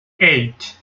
eight